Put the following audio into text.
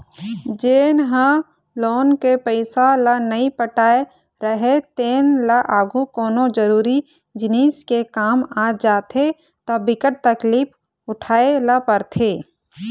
जेन ह लोन के पइसा ल नइ पटाए राहय तेन ल आघु कोनो जरुरी जिनिस के काम आ जाथे त बिकट तकलीफ उठाए ल परथे